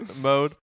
mode